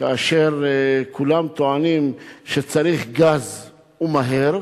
כאשר כולם טוענים שצריך גז ומהר,